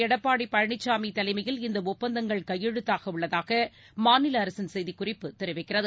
எடப்பாடி பழனிசாமி தலைமையில் இந்த ஒப்பந்தங்கள் கையெழுத்தாகவுள்ளதாக மாநில அரசின் செய்திக்குறிப்பு தெரிவிக்கிறது